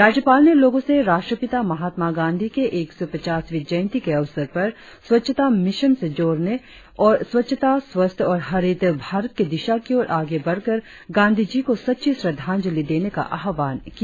राज्यपाल ने लोगों से राष्ट्रपिता महात्मा गांधी के एक सौ पचासवीं जयंती के अवसर पर स्वच्छता मिशन से जुड़ने और स्वच्छता स्वस्थ और हरित भारत की दिशा की ओर आगे बढ़कर गांधी जी को सच्ची श्रद्दाजंलि देने का आह्वान किया